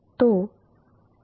हाँ